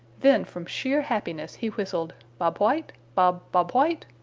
then from sheer happiness he whistled, bob white! bob bob white!